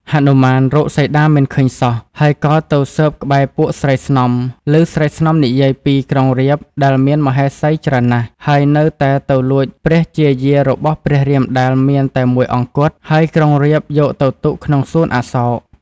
ហនុមានរកសីតាមិនឃើញសោះ ហើយក៏ទៅស៊ើបក្បែរពួកស្រីស្នំ ឮស្រីស្នំនិយាយពី ក្រុងរាពណ៍ដែលមានមហេសីច្រើនណាស់ ហើយនៅតែទៅលួចព្រះជាយារបស់ព្រះរាមដែល មានតែមួយអង្គគត់ ហើយក្រុងរាពណ៍យកទៅទុកក្នុងសួនអសោក។